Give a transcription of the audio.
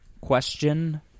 Question